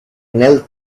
knelt